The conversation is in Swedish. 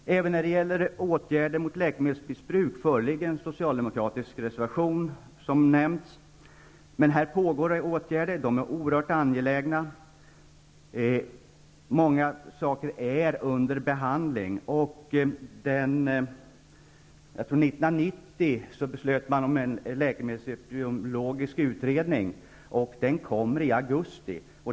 Även när det gäller åtgärder mot läkemedelsmissbruk föreligger en socialdemokratisk reservation, som nämnts. På detta område har åtgärder vidtagits. De är oerhört angelägna. Många saker är under behandling. År 1990 beslutade man om en läkemedelsepidemiologisk utredning som kommer i augusti.